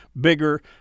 bigger